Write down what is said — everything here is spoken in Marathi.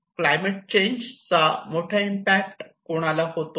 क्लायमेट चेंज चा मोठा इम्पॅक्ट कोणाला होतो